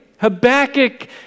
Habakkuk